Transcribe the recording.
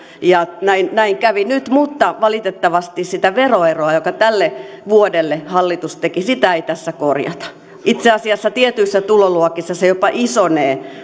ja näin näin kävi nyt mutta valitettavasti sitä veroeroa jonka tälle vuodelle hallitus teki ei tässä korjata itse asiassa tietyissä tuloluokissa se veroero jopa isonee